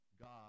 God